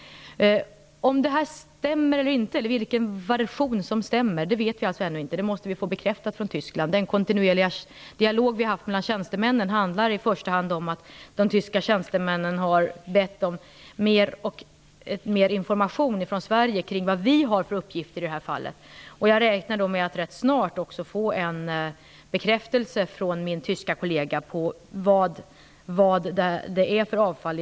Vilken version som stämmer vet vi alltså ännu inte. Det måste vi få bekräftat från Tyskland. Den kontinuerliga dialog som vi har fört med tjänstemännen handlar i första hand om att de tyska tjänstemännen har bett om mer information från Sverige om vad vi har för uppgifter i det här fallet. Jag räknar också med att snart få en bekräftelse från min tyske kollega på vad det är fråga om för avfall.